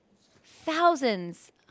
thousands